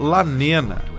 Lanena